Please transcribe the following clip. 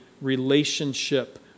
relationship